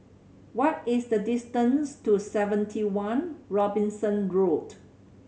what is the distance to Seventy One Robinson Road